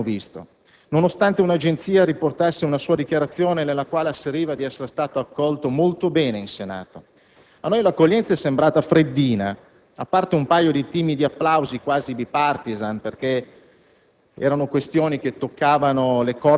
di entusiasmo ieri non ne abbiamo visto, nonostante un'agenzia riportasse una sua dichiarazione nella quale asseriva di essere stato accolto molto bene in Senato. A noi l'accoglienza è sembrata freddina, a parte un paio di timidi applausi quasi *bipartisan*, perché